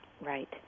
right